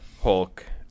Hulk